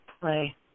play